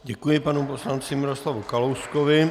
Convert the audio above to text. Děkuji panu poslanci Miroslavu Kalouskovi.